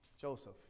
Joseph